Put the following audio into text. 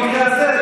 במקרה הזה,